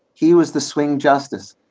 he was the swing justice.